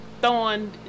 throwing